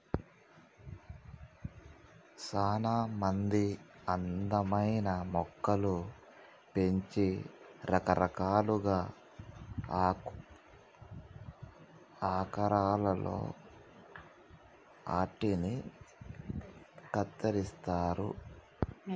సానా మంది అందమైన మొక్కలు పెంచి రకరకాలుగా ఆకారాలలో ఆటిని కత్తిరిస్తారు